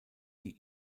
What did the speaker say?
die